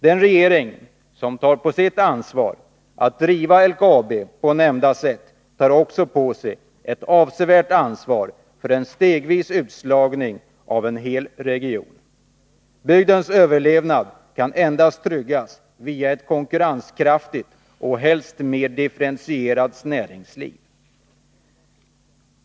Den regering som tar på sitt ansvar att driva LKAB på nämnda sätt tar också på sig ett avsevärt ansvar för en stegvis utslagning av en hel region. Bygdens överlevnad kan endast tryggas via ett konkurrenskraftigt och helst mer differentierat näringsliv.